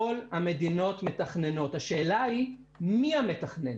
כל המדינות מתכננות, והשאלה היא מי המתכנן